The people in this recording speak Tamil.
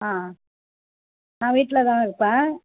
ஆ நான் வீட்டில் தான் இருப்பேன்